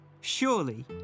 Surely